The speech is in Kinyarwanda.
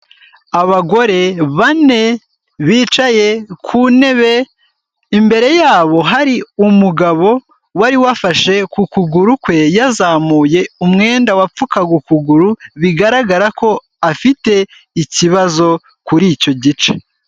Abagore bane bicaye ku ntebe, imbere yabo hari umugabo wari wafashe ku kuguru kwe yazamuye umwenda wapfukaga ukuguru. Bigaragara ko afite ikibazo kuri icyo gice.